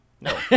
No